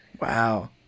Wow